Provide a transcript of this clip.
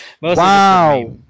wow